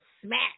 smack